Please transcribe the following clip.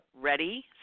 ready